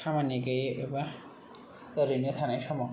खामानि गैयै एबा ओरैनो थानाय समाव